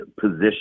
position